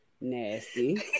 nasty